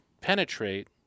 penetrate